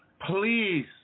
Please